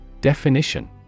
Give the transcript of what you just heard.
Definition